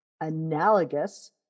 analogous